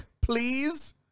please